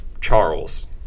Charles